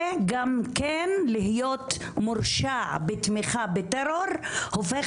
וגם כן להיות מורשע בתמיכה בטרור הופך